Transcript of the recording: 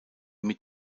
mit